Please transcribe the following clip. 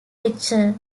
lecturer